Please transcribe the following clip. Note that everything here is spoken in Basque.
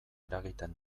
eragiten